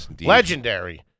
Legendary